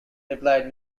replied